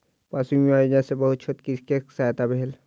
पशु बीमा योजना सॅ बहुत छोट कृषकक सहायता भेल